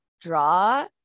draw